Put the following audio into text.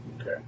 Okay